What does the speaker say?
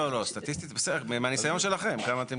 לא, סטטיסטית, בסדר, מהניסיון שלכם, כמה אתם